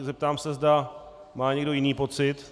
Zeptám se, zda má někdo jiný pocit.